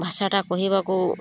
ଭାଷାଟା କହିବାକୁ